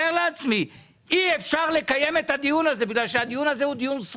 הילד הכי קטן שלי לומד עד